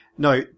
Now